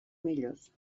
millors